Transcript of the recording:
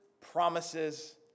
promises